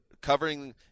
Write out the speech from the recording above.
covering